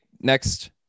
next